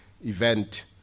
event